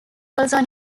also